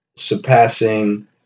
surpassing